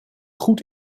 goed